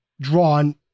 drawn